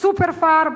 "סופר-פארם",